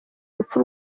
urupfu